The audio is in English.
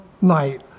night